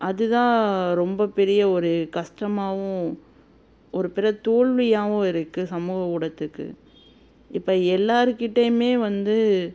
அது தான் ரொம்ப பெரிய ஒரு கஷ்டமாகவும் ஒரு தோல்வியாகவும் இருக்குது சமூக ஊடகத்துக்கு இப்போ எல்லோருக்கிட்டையுமே வந்து